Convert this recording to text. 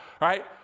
right